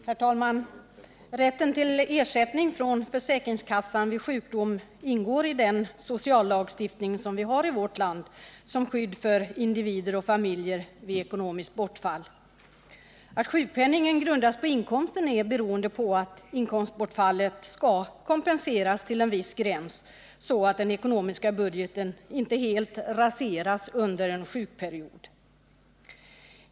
Herr talman! Rätten till ersättning från försäkringskassan vid sjukdom ingår i den sociallagstiftning vi har i vårt land som skydd för individer och familjer vid inkomstbortfall. Att sjukpenningen grundas på inkomsten är beroende på att inkomstbortfallet skall kompenseras till en viss gräns, så att den ekonomiska budgeten inte helt raseras under en sjukperiod.